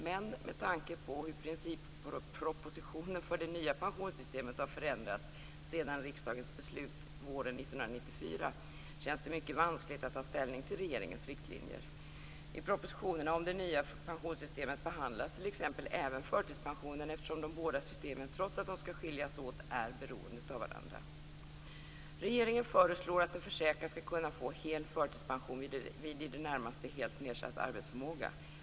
Men med tanke på hur princippropositionen för det nya pensionssystemet har förändrats sedan riksdagens beslut våren 1994 känns det mycket vanskligt att ta ställning till regeringens riktlinjer. I propositionerna om det nya pensionssystemet behandlas t.ex. även förtidspensionen, eftersom de båda systemen, trots att de skall skiljas åt, är beroende av varandra. Regeringen föreslår att en försäkrad skall kunna få hel förtidspension vid i det närmaste helt nedsatt arbetsförmåga.